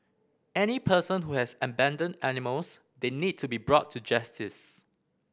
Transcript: any person who has abandoned animals they need to be brought to justice